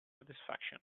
satisfaction